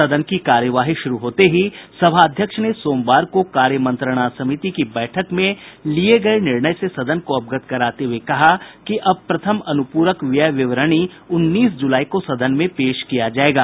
सदन की कार्यवाही शुरू होते ही सभा अध्यक्ष ने सोमवार को कार्यमंत्रणा समिति की बैठक में लिए गए निर्णय से सदन को अवगत कराते हुए कहा कि अब प्रथम अनुपूरक व्यय विवरणी उन्नीस जुलाई को सदन में पेश किया जाएगा